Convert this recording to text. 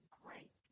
great